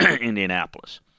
Indianapolis